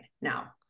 now